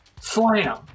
Slam